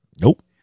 Nope